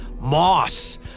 moss